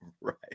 Right